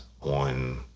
on